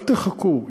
אל תחכו.